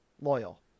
Loyal